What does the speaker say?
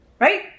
right